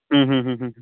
ಹ್ಞೂ ಹ್ಞೂ ಹ್ಞೂ ಹ್ಞೂ